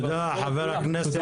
תודה חבר הכנסת אביר קארה.